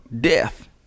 death